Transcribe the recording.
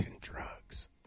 drugs